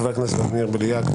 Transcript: חבר הכנסת ולדימיר בליאק.